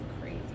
crazy